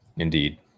Indeed